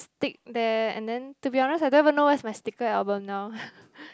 stick there and then to be honest I don't even know where my sticker album now